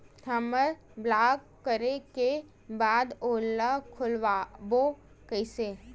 हमर ब्लॉक करे के बाद ओला खोलवाबो कइसे?